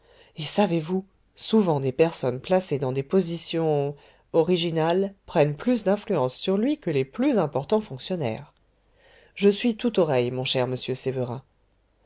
et savez-vous souvent des personnes placées dans des positions originales prennent plus d'influence sur lui que les plus importants fonctionnaires je suis tout oreilles mon cher monsieur sévérin